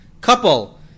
couple